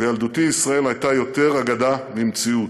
"בילדותי ישראל הייתה יותר אגדה ממציאות.